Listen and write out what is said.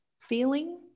feeling